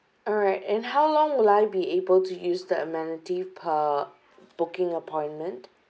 alright and how long will I be able to use the amenity per booking appointment